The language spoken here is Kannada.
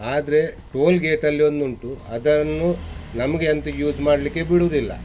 ಆದರೆ ಟೋಲ್ ಗೇಟಲ್ಲಿ ಒಂದುಂಟು ಅದನ್ನು ನಮಗೆ ಅಂತ ಯೂಸ್ ಮಾಡಲಿಕ್ಕೆ ಬಿಡುದಿಲ್ಲ